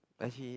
that he